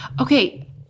Okay